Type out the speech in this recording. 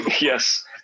Yes